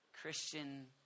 Christian